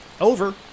Over